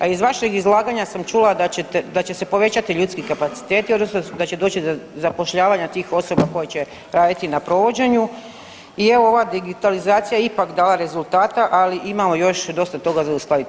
A iz vašeg izlaganja sam čula da će se povećati ljudski kapaciteti odnosno da će doći do zapošljavanja tih osoba koje će raditi na provođenju i evo ova digitalizacija je ipak dala rezultata, ali imamo još dosta toga za uskladiti.